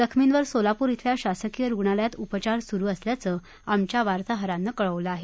जखमींवर सोलापूर इथल्या शासकीय रुग्णालयात उपचार सुरु असल्याचं आमच्या वार्ताहरानं कळवलं आहे